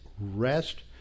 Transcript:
rest